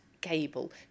Cable